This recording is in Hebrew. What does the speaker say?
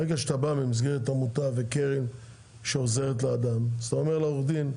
ברגע שאתה בא במסגרת עמותה וקרן שעוזרת לאדם אז אתה אומר לעורך דין,